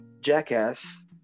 jackass